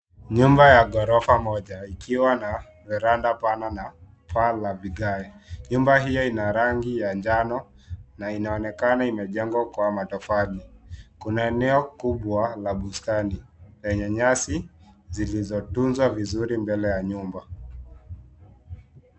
Nyumba ya ghorofa moja ikiwa na veranda pana na paa la vigae, nyumba hiyo ina rangi ya njano na inaonekana imejengwa kwa matofali kuna eneo kubwa la bustani lenye nyasi zilizotunzwa vizuri mbele ya nyumba.